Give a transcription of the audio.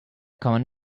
common